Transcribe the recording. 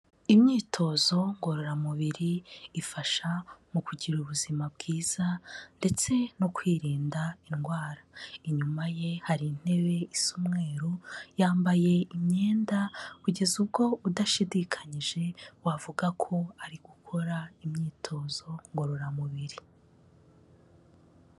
Imyitozo ngororamubiri ifasha mu kugira ubuzima bwiza ndetse no kwirinda indwara, inyuma ye hari intebe isa umweru, yambaye imyenda kugeza ubwo udashidikanyije wavuga ko ari gukora imyitozo ngororamubiri.